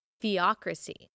theocracy